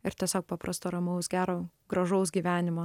ir tiesiog paprasto ramaus gero gražaus gyvenimo